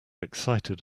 excited